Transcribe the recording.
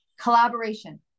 collaboration